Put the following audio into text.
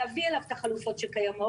להביא אליו את החלופות שקיימות,